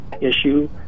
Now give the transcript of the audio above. issue